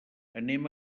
anem